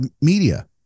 media